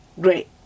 great